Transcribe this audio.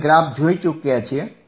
આપણે ગ્રાફ જોઈ ચૂક્યા છીએ